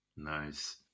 Nice